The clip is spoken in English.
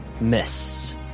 Miss